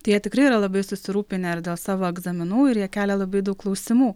tai jie tikrai yra labai susirūpinę ir dėl savo egzaminų ir jie kelia labai daug klausimų